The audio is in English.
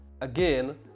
Again